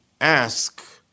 ask